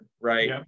Right